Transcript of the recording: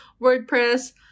WordPress